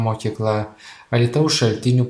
mokykla alytaus šaltinių